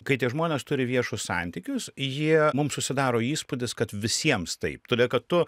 kai tie žmonės turi viešus santykius jie mums susidaro įspūdis kad visiems taip todėl kad tu